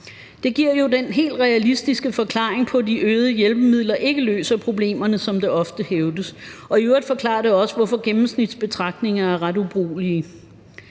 Det giver den helt realistiske forklaring på, at de øgede hjælpemidler ikke løser problemerne, som det ofte hævdes. Og i øvrigt forklarer det også, hvorfor gennemsnitsbetragtninger er ret ubrugelige.